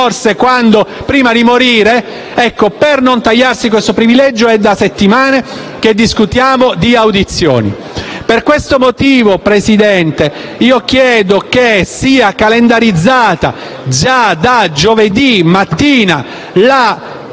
forse prima di morire. Dicevo, per non eliminare questo privilegio, è da settimane che facciamo audizioni. Per questo motivo, Presidente, chiedo che sia calendarizzata, già da giovedì mattina, la